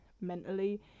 mentally